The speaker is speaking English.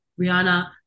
Rihanna